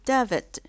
David